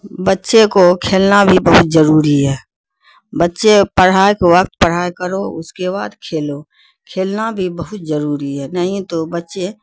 بچے کو کھیلنا بھی بہت ضروری ہے بچے پڑھائی کے وقت پڑھائی کرو اس کے بعد کھیلو کھیلنا بھی بہت ضروری ہے نہیں تو بچے